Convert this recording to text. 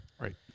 Right